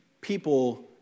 People